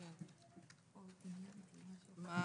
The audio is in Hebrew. מה